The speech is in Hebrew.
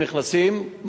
הם נכנסים,